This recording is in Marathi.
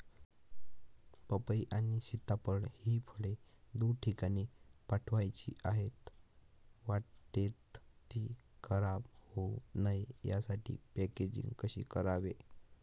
पपई आणि सीताफळ हि फळे दूर ठिकाणी पाठवायची आहेत, वाटेत ति खराब होऊ नये यासाठी पॅकेजिंग कसे करावे?